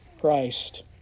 Christ